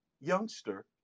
youngster